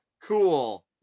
Cool